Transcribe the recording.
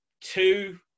Two